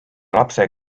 lapse